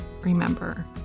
Remember